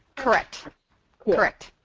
correct correct